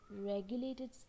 regulated